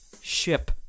ship